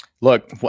Look